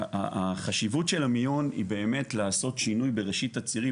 והחשיבות של המיון היא באמת לעשות שינוי בראשית הצירים.